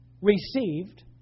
received